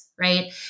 Right